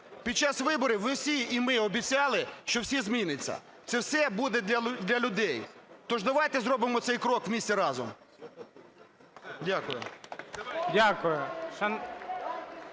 Під час виборів ви всі і ми обіцяли, що все зміниться, це все буде для людей, тож давайте зробимо цей крок вместе, разом. Дякую.